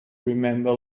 remember